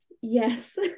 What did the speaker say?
yes